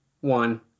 one